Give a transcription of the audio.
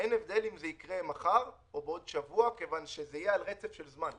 אין הבדל אם זה יקרה מחר או בעוד שבוע מכיוון שזה יהיה על רצף של זמן,